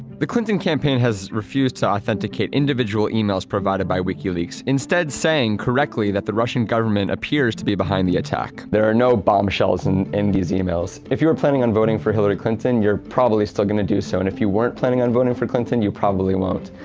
the clinton campaign has refused to authenticate individual emails provided by wikileaks, instead, saying correctly that the russian government appears to be behind the attack. there are no bombshells and in these emails. if you were planning on voting for hillary clinton, you're probably still going to do so, and if you weren't planning on voting for clinton, you probably won't.